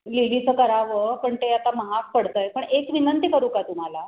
लिलीचं करावं पण ते आता महाग पडत आहे पण एक विनंती करू का तुम्हाला